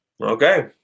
Okay